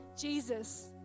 Jesus